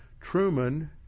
Truman